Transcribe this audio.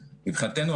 מבחינתנו,